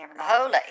holy